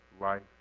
life